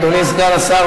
אדוני סגן השר,